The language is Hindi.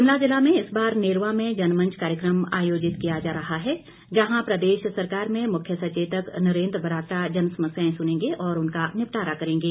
शिमला जिला में इस बार नेरवा में जनमंच कार्यक्रम आयोजित किया जा रहा है जहां प्रदेश सरकार में मुख्य सचेतक नरेन्द्र बरागटा जनसमस्यां सुनेंगे और उनका निपटारा करेंगे